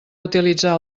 utilitzar